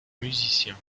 musicien